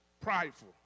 prideful